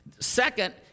Second